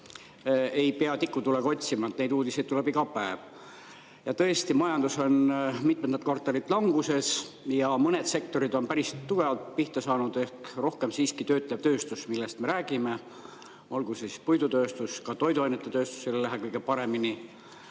ei pea tikutulega otsima, neid uudiseid tuleb iga päev. Tõesti, majandus on mitmendat kvartalit languses ja mõned sektorid on päris tugevalt pihta saanud, rohkem ehk töötlev tööstus, millest me räägime, olgu see puidutööstus, ka toiduainetööstusel ei lähe kõige paremini.